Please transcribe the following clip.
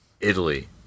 Italy